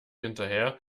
hinterher